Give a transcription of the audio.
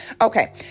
Okay